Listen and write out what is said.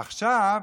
עכשיו,